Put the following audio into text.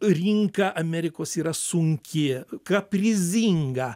rinka amerikos yra sunki kaprizinga